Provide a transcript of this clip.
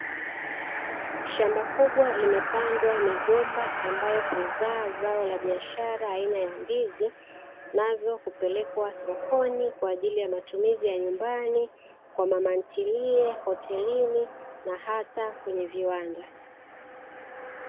Shamba kubwa limepandwa migomba ambalo huzaa aina ya ndizi nazo hupelekwa sokoni kwajili ya matumizi ya nyumbani kwa mamantilie, hotelini na hata kwenye viwanda.